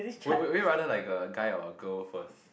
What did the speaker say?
would would would you rather like a guy or a girl first